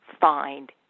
find